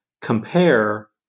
compare